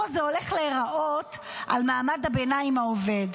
הזה הולך להיראות על מעמד הביניים העובד.